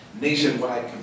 nationwide